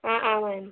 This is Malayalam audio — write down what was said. ആഹ് ആഹ് വാങ്ങിക്കും